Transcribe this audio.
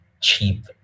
cheap